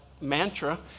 mantra